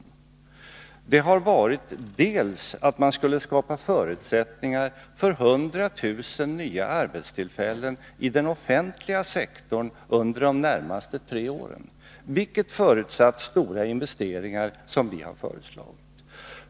För det första har vi krävt att man skulle skapa förutsättningar för 100 000 nya arbetstillfällen i den offentliga sektorn under de närmaste tre åren, vilket förutsätter stora investeringar som vi har föreslagit.